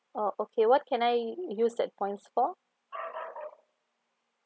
oh okay what can I use that points for